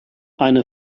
eine